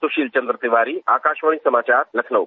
सुशील चंद्र तिवारी आकाशवाणी समाचार लखनऊ